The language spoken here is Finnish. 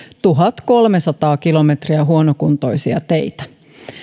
tuhatkolmesataa kilometriä huonokuntoisia teitä